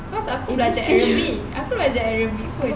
cause aku belajar arabic aku belajar arabic pun